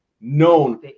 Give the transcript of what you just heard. known